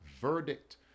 verdict